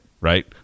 right